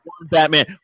Batman